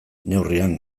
neurrian